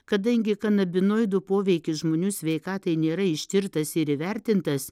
kadangi kanabinoidų poveikis žmonių sveikatai nėra ištirtas ir įvertintas